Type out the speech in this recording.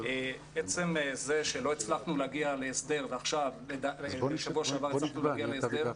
עצם זה שלא הצלחנו להגיע להסדר ובשבוע שעבר הגענו להסדר,